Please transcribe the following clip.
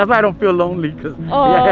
um i don't feel lonely